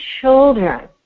children